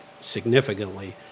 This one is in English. significantly